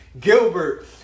Gilbert